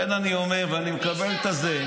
לכן אני אומר, ואני מקבל את זה.